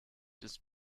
des